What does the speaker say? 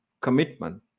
commitment